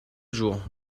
jour